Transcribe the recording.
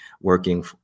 working